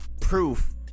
proof